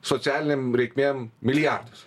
socialinėm reikmėm milijardas